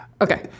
Okay